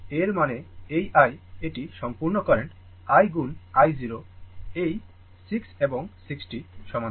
এর মানে এই i এটি সম্পূর্ণ কারেন্ট i গুণ i 0 এই 6 এবং 60 সমান্তরাল